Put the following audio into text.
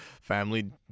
family